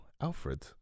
Alfred